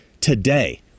today